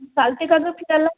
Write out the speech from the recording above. चालते का गं फिरायला